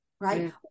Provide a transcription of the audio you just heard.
right